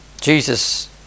Jesus